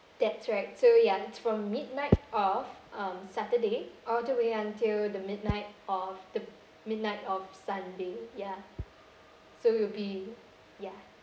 that's right so ya it's from midnight of um saturday all the way until the midnight of the midnight of sunday ya so it'll be ya